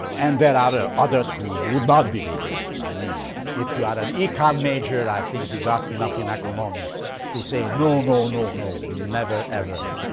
and there are others who would not believe that. i mean if you are an econ major, i think you got enough in economics to say, no, no, no, no, never, ever.